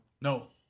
No